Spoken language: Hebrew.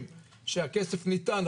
שהכסף ניתן ,